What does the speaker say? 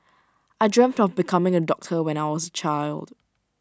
I dreamt of becoming A doctor when I was A child